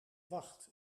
wacht